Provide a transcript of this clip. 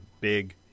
big